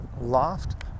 loft